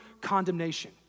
condemnation